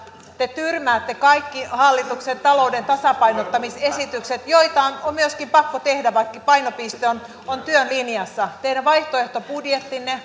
te tyrmäätte kaikki hallituksen talouden tasapainottamisesitykset joita on myöskin pakko tehdä vaikka painopiste on työlinjassa teidän vaihtoehtobudjettinne